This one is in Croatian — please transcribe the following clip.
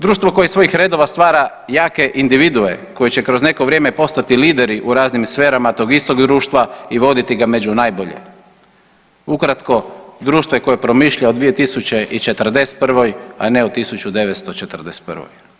Društvo koje iz svojih redova stvara jake individue koje će kroz neko vrijeme postati lideri u raznim sferama tog istog društva i voditi ga među najbolje, ukratko društvo koje promišlja o 2041. a ne o 1941.